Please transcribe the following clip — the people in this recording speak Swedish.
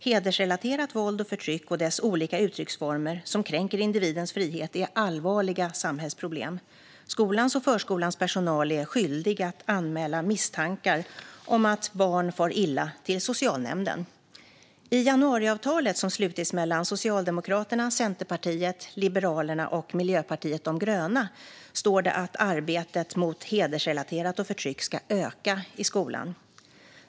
Hedersrelaterat våld och förtryck och dess olika uttrycksformer som kränker individens frihet är allvarliga samhällsproblem. Skolans och förskolans personal är skyldig att anmäla misstankar om att barn far illa till socialnämnden. I januariavtalet, som slutits mellan Socialdemokraterna, Centerpartiet, Liberalerna och Miljöpartiet de gröna, står det att arbetet mot hedersrelaterat våld och förtryck ska öka i skolan.